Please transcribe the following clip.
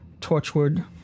Torchwood